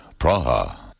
Praha